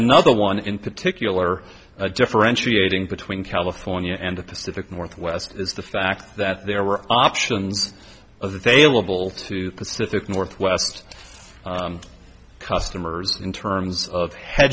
another one in particular differentiating between california and the pacific northwest is the fact that there were options available to the pacific northwest customers in terms of hedg